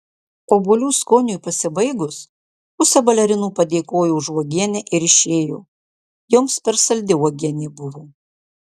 obuolių skoniui pasibaigus pusė balerinų padėkojo už uogienę ir išėjo joms per saldi uogienė buvo